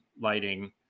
lighting